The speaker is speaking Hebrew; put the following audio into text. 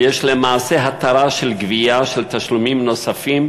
יש למעשה התרה של גבייה של תשלומים נוספים